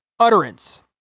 utterance